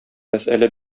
мәсьәлә